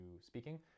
speaking